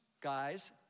guys